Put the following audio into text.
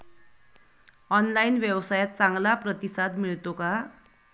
Online व्यवसायात चांगला प्रतिसाद मिळतो का?